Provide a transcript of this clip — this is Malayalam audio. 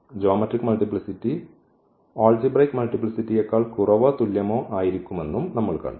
ജ്യോമെട്രിക് മൾട്ടിപ്ലിസിറ്റി അൽജിബ്രൈക് മൾട്ടിപ്ലിസിറ്റിയെക്കാൾ കുറവോ തുല്യമോ ആയിരിക്കുമെന്നും നമ്മൾ കണ്ടു